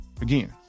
Again